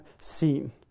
seen